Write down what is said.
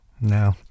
no